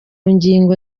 ngingo